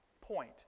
point